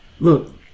Look